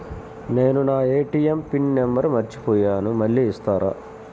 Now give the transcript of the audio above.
నేను నా ATM PIN number మర్చిపోయాను మళ్ళీ ఇస్తారా?